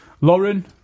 Lauren